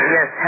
Yes